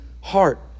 heart